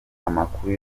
amakuru